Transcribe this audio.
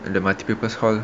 at the multipurpose hall